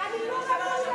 הפעם היא לא רבה אתי.